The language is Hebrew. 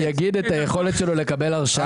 הוא גם ידבר על היכולת שלו לקבל הרשאה.